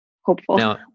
hopeful